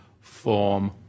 form